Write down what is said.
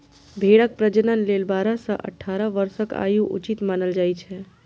भेड़क प्रजनन लेल बारह सं अठारह वर्षक आयु उचित मानल जाइ छै